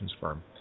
firm